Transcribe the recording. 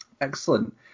excellent